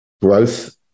growth